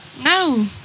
No